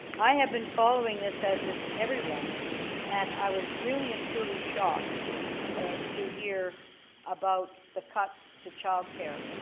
i have been following this as has everyone and i was really and trly shocked to hear about the cuts to child care.